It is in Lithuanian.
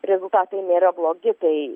rezultatai nėra blogi tai